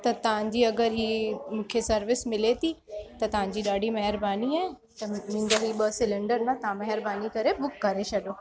त तव्हां जी अगरि हीउ मूंखे सर्विस मिले थी त तव्हां जी ॾाढी महिरबानी आहे त मुंहिंजा ही ॿ सिलेंडर न तव्हां महिरबानी करे बुक करे छॾो